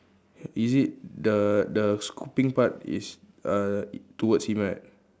is it the the scooping part is uh towards him right